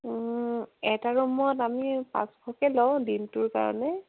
এটা ৰুমত আমি পাঁচশকৈ লওঁ দিনটোৰ কাৰণে